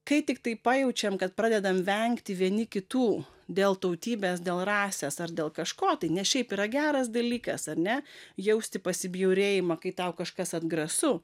kai tiktai pajaučiam kad pradedam vengti vieni kitų dėl tautybės dėl rasės ar dėl kažko tai ne šiaip yra geras dalykas ar ne jausti pasibjaurėjimą kai tau kažkas atgrasu